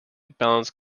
balanced